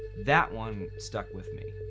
that one stuck with me.